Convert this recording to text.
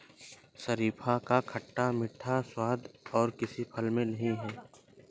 शरीफा का खट्टा मीठा स्वाद और किसी फल में नही है